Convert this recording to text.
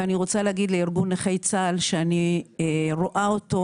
ואני רוצה להגיד לארגון נכי צה"ל שאני רואה אותו,